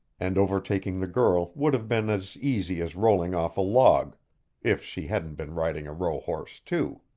and overtaking the girl would have been as easy as rolling off a log if she hadn't been riding a rohorse, too.